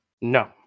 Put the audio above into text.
No